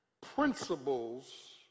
principles